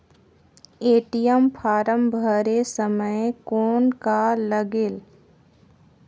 ATM form भरे समय कौन का लगेल?